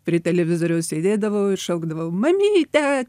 prie televizoriaus sėdėdavau ir šaukdavau mamyte